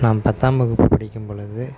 நான் பத்தாம் வகுப்பு படிக்கும் பொழுது